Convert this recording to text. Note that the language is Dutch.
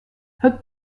het